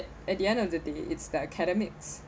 at the end of the day it's the academics